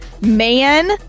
man